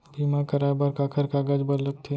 बीमा कराय बर काखर कागज बर लगथे?